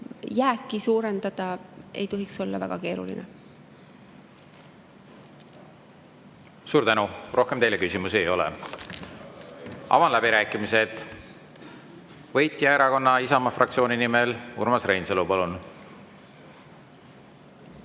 jääki suurendada ei tohiks olla väga keeruline. Suur tänu! Rohkem teile küsimusi ei ole. Avan läbirääkimised. Võitjaerakonna, Isamaa fraktsiooni nimel Urmas Reinsalu,